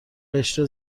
قشر